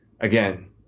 again